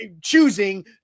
choosing